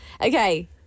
Okay